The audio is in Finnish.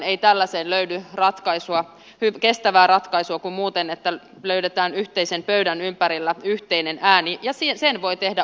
ei tällaiseen löydy kestävää ratkaisua muuten kuin että löydetään yhteisen pöydän ympärillä yhteinen ääni ja sen voi tehdä ukraina itse